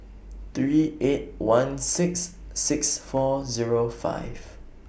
three eight one six six four Zero five